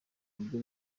buryo